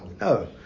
No